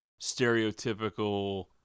stereotypical